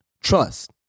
Trust